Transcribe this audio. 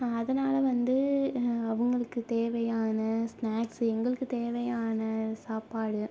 அதனால் வந்து அவங்களுக்கு தேவையான ஸ்நாக்ஸு எங்களுக்கு தேவையான சாப்பாடு